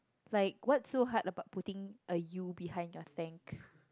like what's so hard about putting a U behind your thank